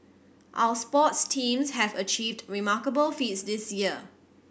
our sports teams have achieved remarkable feats this year